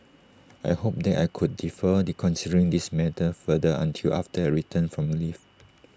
I had hoped that I could defer considering this matter further until after I return from leave